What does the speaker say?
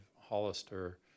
Hollister